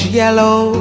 yellow